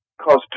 cause